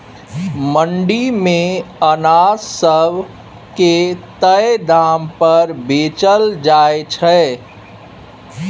मंडी मे अनाज सब के तय दाम पर बेचल जाइ छै